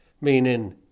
meaning